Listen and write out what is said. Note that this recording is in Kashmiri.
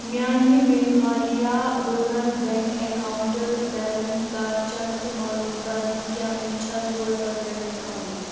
میانہِ میگھالِیا روٗرَل بیٚنٛک اکاونٹہٕ بیلنس کَر چیٚک تہٕ معلوٗم کَر زِ کیٛاہ مےٚ چھا ژور ساس رۄپیہِ آمٕتۍ